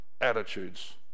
attitudes